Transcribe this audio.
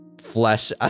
flesh